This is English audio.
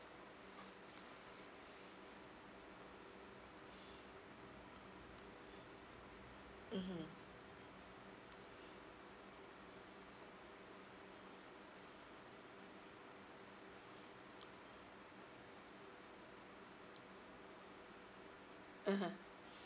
mmhmm (uh huh)